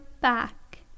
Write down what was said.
back